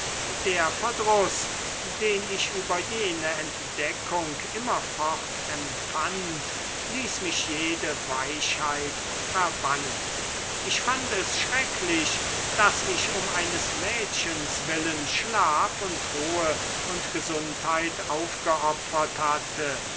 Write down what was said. der verdruß den ich über jene entdeckung immerfort empfand ließ mich jede weichheit verbannen ich fand es schrecklich daß ich um eines mädchens willen schlaf und ruhe und gesundheit aufgeopfert hatte